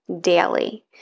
daily